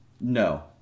No